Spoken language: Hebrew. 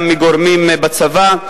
גם מגורמים בצבא,